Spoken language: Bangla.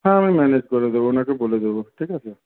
হ্যাঁ আমি ম্যানেজ করে দেবো ওনাকে বলে দেবো ঠিক আছে